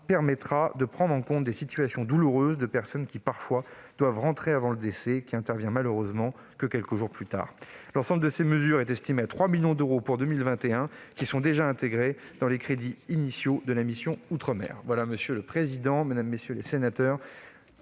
permettra de prendre en compte des situations douloureuses de personnes, qui, parfois, doivent rentrer avant le décès, lequel n'intervient malheureusement que quelques jours après. L'ensemble de ces mesures est estimé, pour 2021, à 3 millions d'euros, qui sont déjà intégrés dans les crédits initiaux de la mission « Outre-mer ». Mesdames, messieurs les sénateurs,